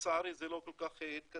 לצערי זה לא כל כך התקדם.